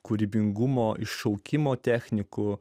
kūrybingumo iššaukimo technikų